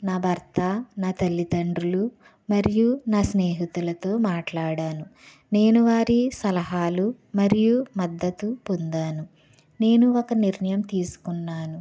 నా భర్త నా తల్లిదండ్రులు మరియు నా స్నేహితులతో మాట్లాడాను నేను వారి సలహాలు మరియు మద్దతు పొందాను నేను ఒక నిర్ణయం తీసుకున్నాను